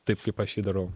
taip kaip aš jį darau